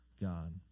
God